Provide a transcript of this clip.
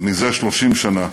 מזה 30 שנה.